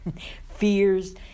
fears